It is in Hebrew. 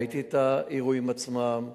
וראיתי את האירועים עצמם.